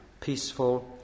peaceful